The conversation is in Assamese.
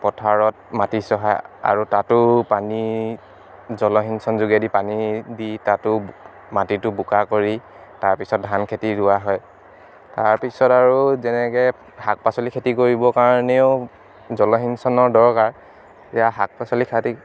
পথাৰত মাটি চহাই আৰু তাতো পানী জলসিঞ্চন যোগেদি পানী দি তাতো মাটিটো বোকা কৰি তাৰপিছত ধান খেতি ৰোৱা হয় তাৰপিছত আৰু যেনেকে শাক পাচলি খেতি কৰিব কাৰণেও জলসিঞ্চনৰ দৰকাৰ এতিয়া শাক পাচলি খেতি